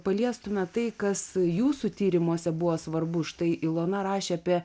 paliestume tai kas jūsų tyrimuose buvo svarbu štai ilona rašė apie